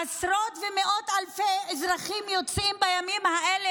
עשרות ומאות אלפי אזרחים יוצאים בימים האלה